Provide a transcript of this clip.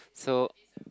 so